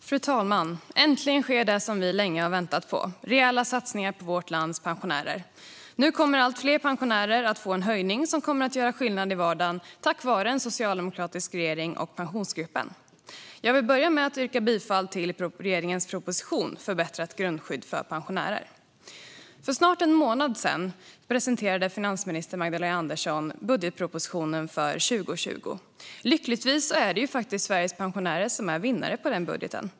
Fru talman! Äntligen sker det som vi länge har väntat på: rejäla satsningar på vårt lands pensionärer. Nu kommer allt fler pensionärer att få en höjning som kommer att göra skillnad i vardagen, tack vare en socialdemokratisk regering och Pensionsgruppen. Jag vill börja med att yrka bifall till förslaget i regeringens proposition Förbättrat grundskydd för pensionärer . För snart en månad sedan presenterade finansminister Magdalena Andersson budgetpropositionen för 2020. Lyckligtvis är det Sveriges pensionärer som är vinnare i den budgeten.